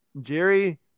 Jerry